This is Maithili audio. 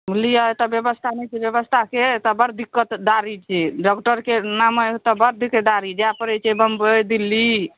बुझलियै एतय व्यवस्था नहि छै व्यवस्थाके एतय बड़ दिक्कतदारी छै डॉक्टरके नामे एतय बड़ दिक्कतदारी जाय पड़ै छै बंबइ दिल्ली